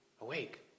awake